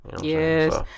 Yes